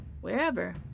wherever